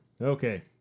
Okay